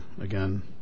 again